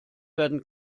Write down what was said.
werden